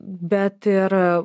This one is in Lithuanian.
bet ir